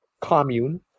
commune